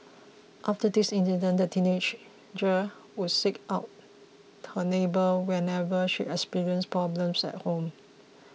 after this incident the would seek out her neighbour whenever she experienced problems at home